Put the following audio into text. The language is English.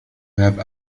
have